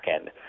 end